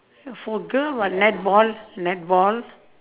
for girl what netball netball